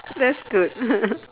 that's good